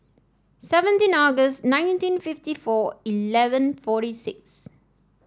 seventeen August nineteen fifty four eleven forty six